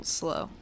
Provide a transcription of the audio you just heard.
slow